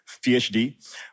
PhD